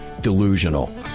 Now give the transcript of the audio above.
delusional